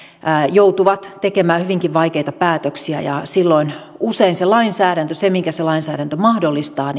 joutuvat tekemään hyvinkin vaikeita päätöksiä ja silloin usein se minkä se lainsäädäntö mahdollistaa